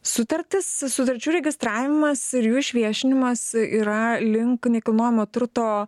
sutartis sutarčių registravimas ir jų išviešinimas yra link nekilnojamo turto